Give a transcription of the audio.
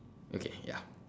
okay ya